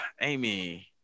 Amy